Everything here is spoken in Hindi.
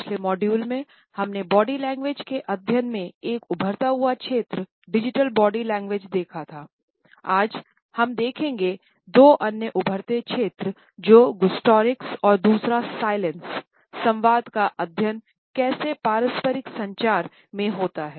पिछले मॉड्यूल में हम ने बॉडी लैंग्वेज संवाद का अध्ययन कैसे पारस्परिक संचार में होता हैं